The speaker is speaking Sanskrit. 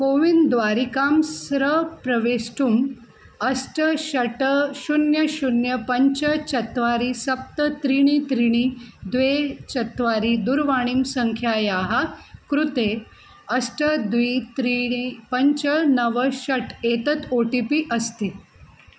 कोविन् द्वारिकां स्रप्रवेष्टुम् अष्ट षट् शून्यं शून्यं पञ्च चत्वारि सप्त त्रीणि त्रीणि द्वे चत्वारि दुरवाणी सङ्ख्यायाः कृते अष्ट द्वे त्रीणि पञ्च नव षट् एतत् ओ टि पि अस्ति